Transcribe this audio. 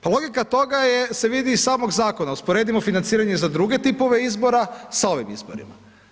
Pa logika toga se vidi iz samog zakona, usporedimo financiranje za druge tipove izbora sa ovim izborima.